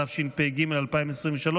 התשפ"ג 2023,